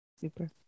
Super